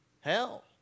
Hell